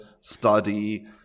study